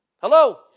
Hello